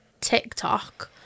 TikTok